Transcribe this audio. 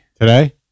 today